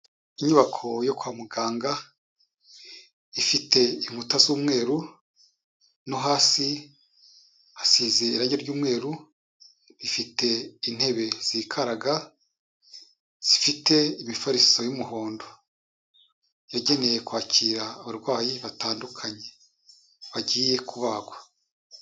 Inyubako yo kwa muganga, ifite inkuta z'umweru, no hasi hasize irangi ry'umweru, bifite intebe zikaraga, zifite imifariso y'umuhondo. Yagenewe kwakira abarwayi batandukanye, bagiye kubagwa.